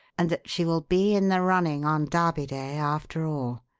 and that she will be in the running on derby day after all.